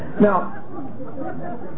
Now